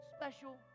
special